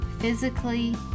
physically